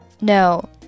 No